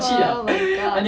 !wow! my god